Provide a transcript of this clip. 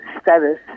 status